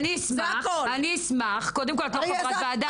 אני אשמח קודם כל, את לא חברת ועדה.